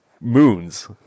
moons